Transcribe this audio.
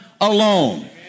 alone